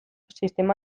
sistema